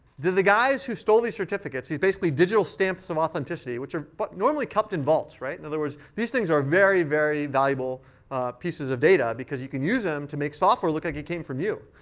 do the guys who stole these certificate, these basically digital stamps of authenticity, which are but normally kept in vaults in other words, these things are very, very valuable pieces of data, because you can use them to make software look like it came from you.